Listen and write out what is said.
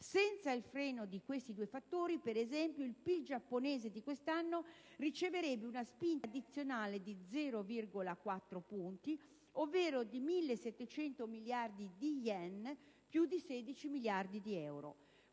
senza il freno di questi due fattori, per esempio, il PIL giapponese di quest'anno riceverebbe una spinta addizionale di 0,4 punti, ovvero di 1.700 miliardi di yen (più di 16 miliardi di euro).